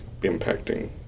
impacting